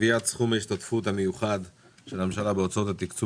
קביעת סכום ההשתתפות המיוחד של הממשלה בהוצאות התקציב